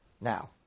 Now